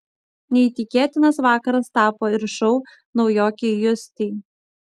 neįtikėtinas vakaras tapo ir šou naujokei justei